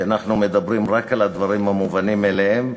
כי אנחנו מדברים רק על הדברים המובנים מאליהם,